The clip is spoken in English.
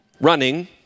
running